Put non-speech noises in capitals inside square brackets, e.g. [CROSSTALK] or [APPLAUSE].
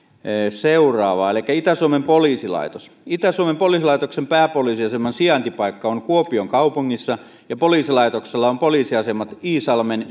seuraavaa itä suomen poliisilaitos itä suomen poliisilaitoksen pääpoliisiaseman sijaintipaikka on kuopion kaupungissa ja poliisilaitoksella on poliisiasemat iisalmen [UNINTELLIGIBLE]